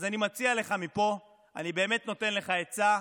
אז אני מציע לך מפה, אני באמת נותן לך עצה,